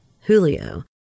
Julio